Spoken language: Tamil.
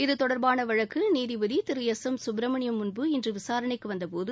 இது தொடர்பான வழக்கு நீதிபதி திரு எஸ் எம் சுப்ரமணியம் முன்பு இன்று விசாரணைக்கு வந்தபோது